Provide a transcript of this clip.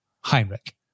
Heinrich